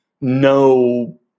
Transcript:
no